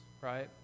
right